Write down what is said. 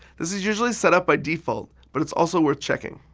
this is usually set up by default, but it's also worth checking.